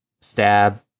stab